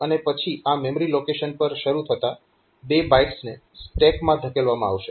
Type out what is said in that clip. અને પછી આ મેમરી લોકેશન પર શરૂ થતા બે બાઈટસને સ્ટેકમાં ધકેલવામાં આવશે